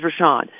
Rashawn